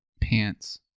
pants